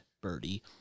Birdie